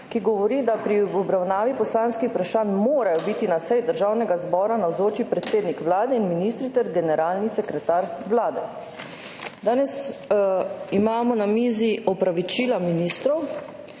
ki govori, da morajo pri obravnavi poslanskih vprašanj biti na seji Državnega zbora navzoči predsednik Vlade in ministri ter generalni sekretar Vlade. Danes imamo na mizi opravičila ministrov,